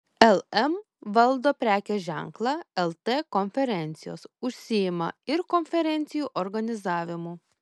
lm valdo prekės ženklą lt konferencijos užsiima ir konferencijų organizavimu